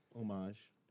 homage